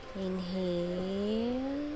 inhale